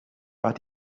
but